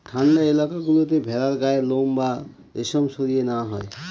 ঠান্ডা এলাকা গুলোতে ভেড়ার গায়ের লোম বা রেশম সরিয়ে নেওয়া হয়